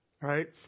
Right